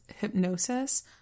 hypnosis